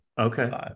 Okay